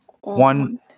One